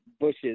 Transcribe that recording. bushes